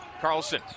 Carlson